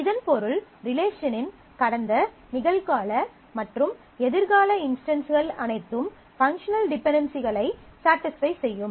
இதன் பொருள் ரிலேஷனின் கடந்த நிகழ்கால மற்றும் எதிர்கால இன்ஸ்டன்ஸ்கள் அனைத்தும் பங்க்ஷனல் டிபென்டென்சிகளை ஸடிஸ்ஃபை செய்யும்